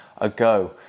ago